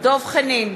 דב חנין,